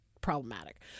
problematic